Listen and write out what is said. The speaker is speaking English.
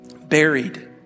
buried